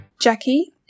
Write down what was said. Jackie